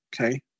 Okay